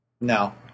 No